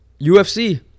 UFC